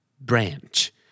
Branch